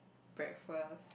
breakfast